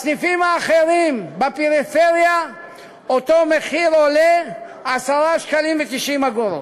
בסניפים האחרים בפריפריה אותו מוצר עולה 10.90 שקלים?